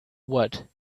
what